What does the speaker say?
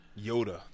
Yoda